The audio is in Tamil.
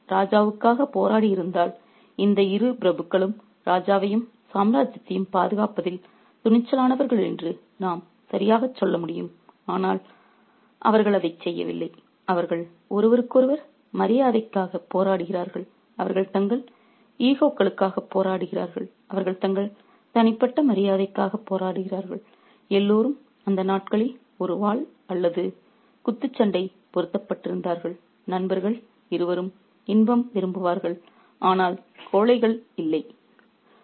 அவர்கள் தங்கள் ராஜாவுக்காக போராடியிருந்தால் இந்த இரு பிரபுக்களும் ராஜாவையும் சாம்ராஜ்யத்தையும் பாதுகாப்பதில் துணிச்சலானவர்கள் என்று நாம் சரியாகச் சொல்ல முடியும் ஆனால் அவர்கள் அதைச் செய்யவில்லை அவர்கள் ஒருவருக்கொருவர் மரியாதைக்காக போராடுகிறார்கள் அவர்கள் தங்கள் ஈகோக்களுக்காக போராடுகிறார்கள் அவர்கள் தங்கள் தனிப்பட்ட மரியாதைக்காக போராடுகிறார்கள் எல்லோரும் அந்த நாட்களில் ஒரு வாள் அல்லது குத்துச்சண்டை பொருத்தப்பட்டிருந்தார்கள் நண்பர்கள் இருவரும் இன்பம் விரும்பும்வர்கள் ஆனால் கோழைகள் இல்லை